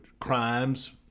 crimes